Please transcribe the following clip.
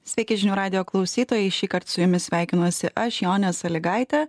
sveiki žinių radijo klausytojai šįkart su jumis sveikinuosi aš jonė salygaitė